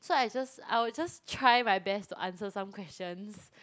so I just I would just try my best to answer some questions